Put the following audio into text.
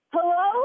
Hello